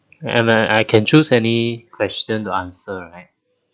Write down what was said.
and I I can choose any question to answer right